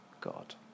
God